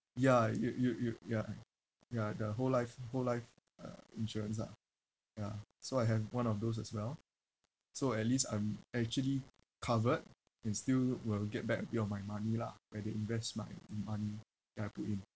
ya you you you ya ya the whole life whole life uh insurance ah ya so I have one of those as well so at least I'm actually covered and still will get back a bit of my money lah where they invest my money that I put in